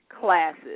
classes